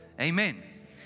Amen